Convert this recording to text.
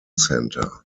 center